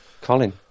Colin